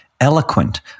eloquent